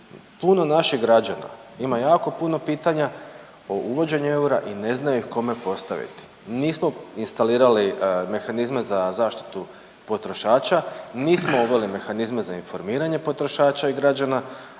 Puno naših građana ima jako puno pitanja o uvođenju eura i ne znaju kome postaviti, nismo instalirali mehanizme za zaštitu potrošača, nismo uveli mehanizme za informiranje potrošača i građana,